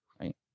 Right